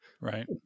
Right